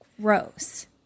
Gross